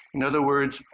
in other words,